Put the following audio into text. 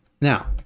now